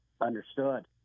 Understood